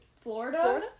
Florida